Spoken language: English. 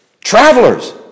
Travelers